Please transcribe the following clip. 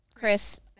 Chris